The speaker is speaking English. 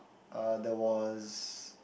uh there was